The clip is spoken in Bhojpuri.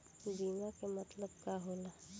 बीमा के मतलब का होला?